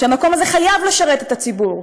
שהמקום הזה חייב לשרת את הציבור,